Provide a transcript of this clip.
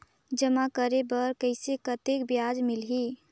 जमा करे बर कइसे कतेक ब्याज मिलही?